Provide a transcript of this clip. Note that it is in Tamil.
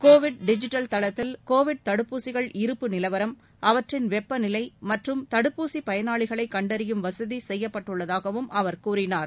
கோவிட் டிஜிட்டல் தளத்தில் கோவிட் தடுப்பூசிகள் இருப்பு நிலவரம் அவற்றின் வெப்ப நிலை மற்றும் தடுப்பூசி பயனாளிகளை கண்டறியும் வசதி செய்யப்பட்டுள்ளதாகவும் அவர் கூறினார்